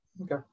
Okay